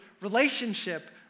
relationship